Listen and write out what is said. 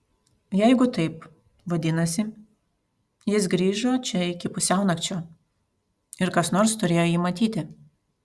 jeigu taip vadinasi jis grįžo čia iki pusiaunakčio ir kas nors turėjo jį matyti